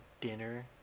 Dinner